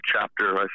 chapter